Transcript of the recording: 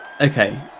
Okay